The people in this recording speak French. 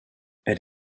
elle